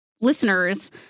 listeners